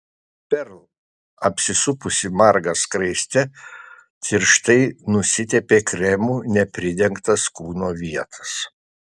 perl apsisupusi marga skraiste tirštai nusitepė kremu nepridengtas kūno vietas